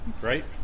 Right